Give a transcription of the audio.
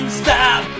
stop